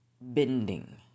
bending